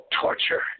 torture